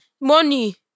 Money